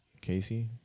Casey